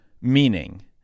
Meaning